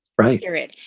Right